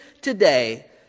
today